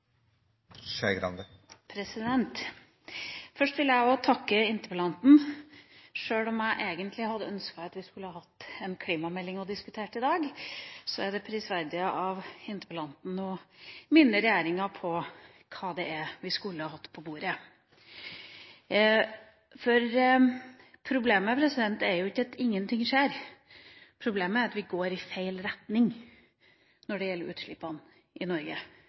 Sjøl om jeg egentlig hadde ønsket at vi skulle hatt en klimamelding å diskutere i dag, er det prisverdig av interpellanten å minne regjeringa på hva det er vi skulle ha hatt på bordet. Problemet er jo ikke at ingen ting skjer, problemet er at vi går i feil retning når det gjelder utslippene i Norge.